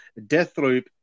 Deathloop